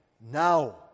now